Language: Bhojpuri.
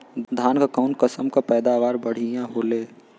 धान क कऊन कसमक पैदावार बढ़िया होले?